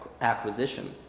acquisition